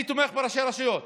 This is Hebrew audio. אני תומך בראשי הרשויות.